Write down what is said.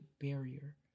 Barrier